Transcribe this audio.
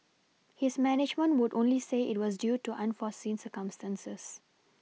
his management would only say it was due to unforeseen circumstances